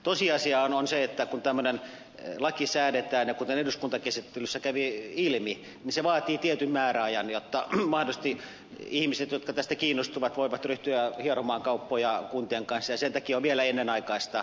tosiasiahan on se että kun tämmöinen laki säädetään ja kuten eduskuntakäsittelyssä kävi ilmi vaaditaan tietty määräaika jotta mahdollisesti ihmiset jotka tästä kiinnostuvat voivat ryhtyä hieromaan kauppoja kuntien kanssa ja sen takia on vielä ennenaikaista selvittääkään sitä